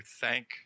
thank